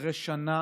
אחרי שנה